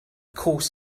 course